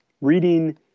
reading